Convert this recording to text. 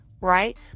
right